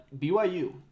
BYU